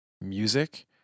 music